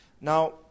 Now